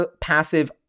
passive